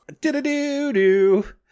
Do-do-do-do